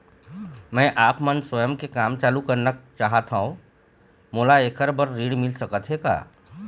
मैं आपमन स्वयं के काम चालू करना चाहत हाव, मोला ऐकर बर ऋण मिल सकत हे का?